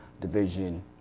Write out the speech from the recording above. division